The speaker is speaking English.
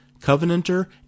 covenanter